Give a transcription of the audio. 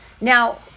Now